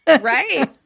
Right